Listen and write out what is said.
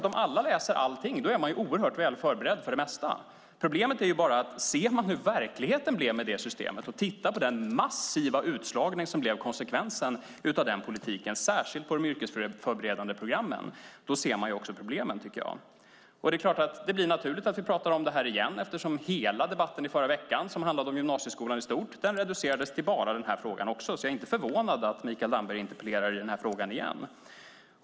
Om alla läser allting är ju alla oerhört väl förberedda för det mesta. Problemet är bara hur verkligheten blev med det systemet. Tittar vi på den massiva utslagning som blev konsekvensen av den politiken, särskilt på de yrkesförberedande programmen, ser vi också problemen, tycker jag. Det blir naturligt att vi pratar om det här igen eftersom hela debatten i förra veckan, som handlade om gymnasieskolan i stort, reducerades till enbart den här frågan. Jag är inte förvånad över att Mikael Damberg interpellerar i den här frågan igen.